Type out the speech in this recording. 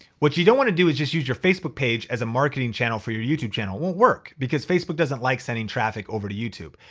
what you don't wanna do is just use your facebook page as a marketing channel for your youtube channel. it won't work, because facebook doesn't like sending traffic over to youtube.